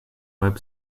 web